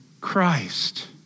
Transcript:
Christ